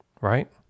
Right